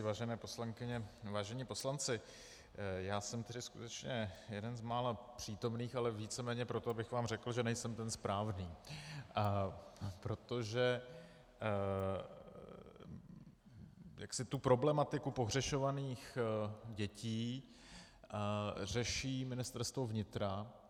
Vážené poslankyně, vážení poslanci, já jsem tedy skutečně jeden z mála přítomných, ale víceméně proto, abych vám řekl, že nejsem ten správný, protože problematiku pohřešovaných dětí řeší Ministerstvo vnitra.